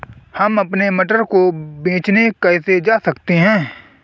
हम अपने मटर को बेचने कैसे जा सकते हैं?